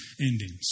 endings